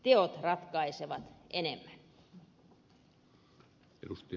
teot ratkaisevat enemmän